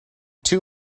two